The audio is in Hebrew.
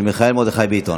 לעניין הצעת החוק,